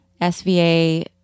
SVA